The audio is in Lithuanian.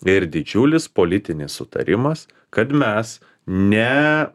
ir didžiulis politinis sutarimas kad mes ne